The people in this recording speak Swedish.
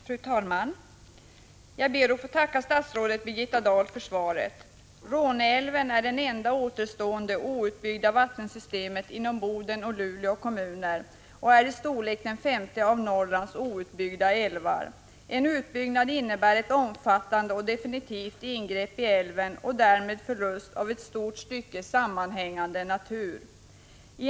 Fru talman! Jag ber att få tacka statsrådet Birgitta Dahl för svaret. Råneälven är det enda återstående outbyggda vattensystemet inom Bodens och Luleå kommuner och är i storleksordningen den femte av Norrlands outbyggda älvar. En utbyggnad innebär ett omfattande och definitivt ingrepp i älven och därmed förlust av ett stort stycke sammanhängande natur.